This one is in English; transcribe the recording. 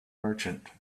merchant